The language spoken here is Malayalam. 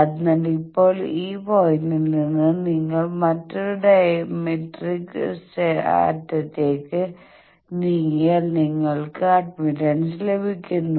അതിനാൽ ഇപ്പോൾ ഈ പോയിന്റിൽ നിന്ന് നിങ്ങൾ മറ്റൊരു ഡയമെട്രിക് അറ്റത്തേക്ക് നീങ്ങിയാൽ നിങ്ങൾക്ക് അഡ്മിറ്റൻസ് ലഭിക്കുന്നു